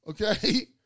okay